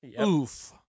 Oof